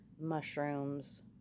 Mushrooms